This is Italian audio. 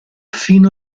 fino